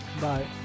bye